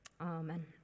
Amen